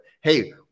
hey